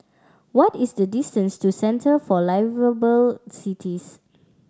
what is the distance to Centre for Liveable Cities